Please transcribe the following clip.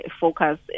focus